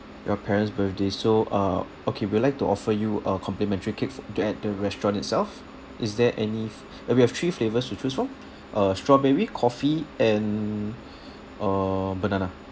your parent's birthday so uh okay we would like to offer you a complimentary cake f~ at the restaurant itself is there any f~ uh we have three flavors to choose from uh strawberry coffee and uh banana